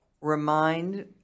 remind